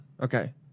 Okay